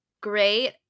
great